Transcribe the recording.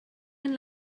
mynd